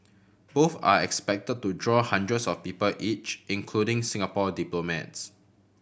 both are expected to draw hundreds of people each including Singapore diplomats